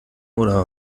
oder